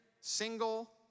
single